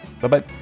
Bye-bye